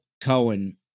Cohen